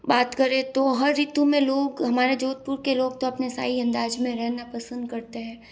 बात करें तो हर ऋतु में लोग हमारे जोधपुर के लोग तो अपने शाही अंदाज मे रहना पसंद करते हैं